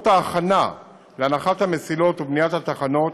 ההכנה להנחת המסילות ובניית התחנות,